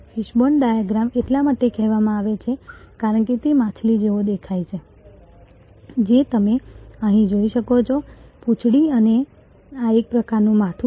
fishbone diagram એટલા માટે કહેવામાં આવે છે કારણ કે તે માછલી જેવો દેખાય છે જે તમે અહીં જોઈ શકો છો પૂંછડી અને આ એક પ્રકારનું માથું છે